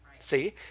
See